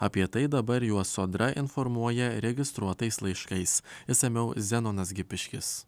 apie tai dabar juos sodra informuoja registruotais laiškais išsamiau zenonas gipiškis